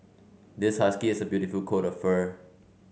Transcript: this husky has a beautiful coat of fur